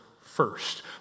first